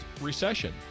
Recession